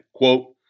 Quote